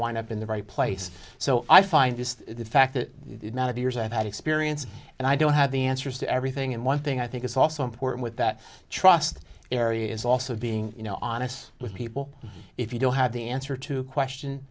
wind up in the right place so i find just the fact that the years i've had experience and i don't have the answers to everything and one thing i think it's also important that trust area is also being honest with people if you don't have the answer to question